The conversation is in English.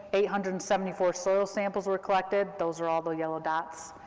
eight hundred and seventy four soil samples were collected, those are all the yellow dots.